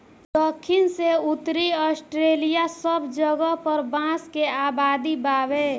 दखिन से उत्तरी ऑस्ट्रेलिआ सब जगह पर बांस के आबादी बावे